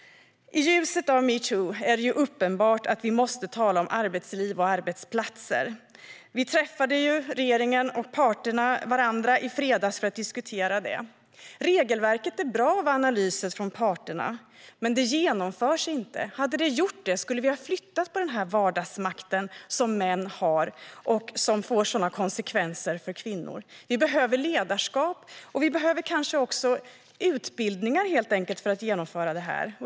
I ljuset av metoo är det uppenbart att vi måste tala om arbetsliv och arbetsplatser. Regeringen och parterna träffade varandra i fredags för att diskutera detta. Regelverket är bra, enligt analysen från parterna, men det genomförs inte. Om det hade gjort det skulle vi ha flyttat på den vardagsmakt som män har och som får sådana svåra konsekvenser för kvinnor. Vi behöver ledarskap, och vi behöver kanske också helt enkelt utbildning för att genomföra detta.